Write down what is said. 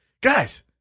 Guys